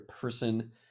person